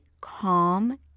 calm